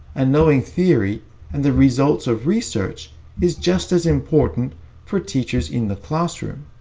and knowing theory and the results of research is just as important for teachers in the classroom.